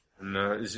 No